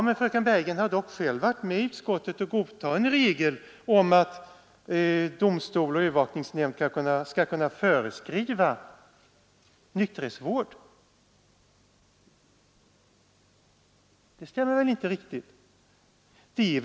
Men fröken Bergegren har själv i utskottet varit med om att godta en regel om att domstol och övervakningsnämnd skall kunna föreskriva nykterhetsvård. Det stämmer väl inte riktigt?